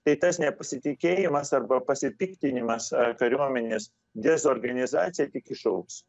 tai tas nepasitikėjimas arba pasipiktinimas a kariuomenės dezorganizacija tik išaugs